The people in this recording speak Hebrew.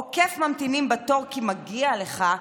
עוקף ממתינים בתור כי מגיע לך,